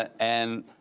and